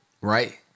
Right